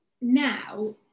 now